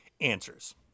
answers